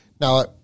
now